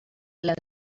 les